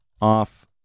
off